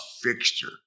fixture